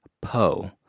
Po